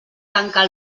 tancar